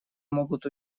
могут